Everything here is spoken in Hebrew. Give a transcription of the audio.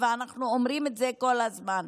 ואנחנו אומרים את זה כל הזמן,